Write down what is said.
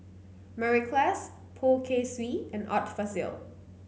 Mary Klass Poh Kay Swee and Art Fazil